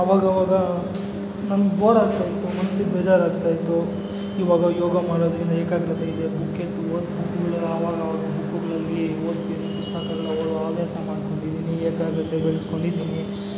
ಆವಾಗವಾಗ ನನ್ಗೆ ಬೋರ್ ಆಗ್ತಾಯಿತ್ತು ಮನ್ಸಿಗೆ ಬೇಜಾರಾಗ್ತಾಯಿತ್ತು ಇವಾಗ ಯೋಗ ಮಾಡೋದ್ರಿಂದ ಏಕಾಗ್ರತೆ ಇದೆ ಬುಕ್ ಎತ್ತಿ ಓದ್ತೀನಿ ಪುಸ್ತಕ ಆವಾಗವಾಗ ಬುಕ್ಗಳಲ್ಲಿ ಓದ್ತೀನಿ ಪುಸ್ತಕಗಳ ಹವ್ಯಾಸ ಮಾಡ್ಕೊಂಡಿದ್ದೀನಿ ಏಕಾಗ್ರತೆ ಬೆಳೆಸ್ಕೊಂಡಿದ್ದೀನಿ